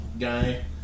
guy